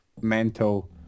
mental